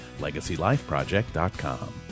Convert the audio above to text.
LegacyLifeProject.com